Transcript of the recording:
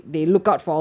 ya